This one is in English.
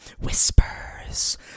whispers